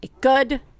good